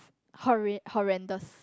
horre~ horrendous